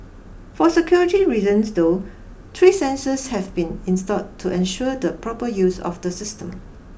for security reasons though three sensors have been installed to ensure the proper use of the system